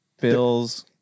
bills